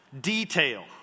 detail